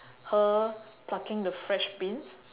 her plucking the fresh beans